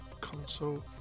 console